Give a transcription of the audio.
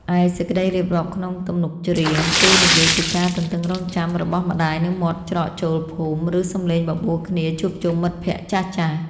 ឯសេចក្តីរៀបរាប់ក្នុងទំនុកច្រៀង គឺនិយាយពីការទន្ទឹងរង់ចាំរបស់ម្ដាយនៅមាត់ច្រកចូលភូមិ ឬសម្លេងបបួលគ្នាជួបជុំមិត្តភក្តិចាស់ៗ។